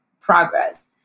progress